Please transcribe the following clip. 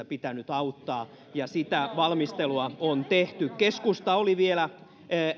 pitänyt auttaa ja sitä valmistelua on tehty keskusta oli vielä